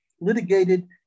litigated